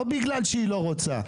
לא בגלל שהיא לא רוצה.